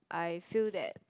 I feel that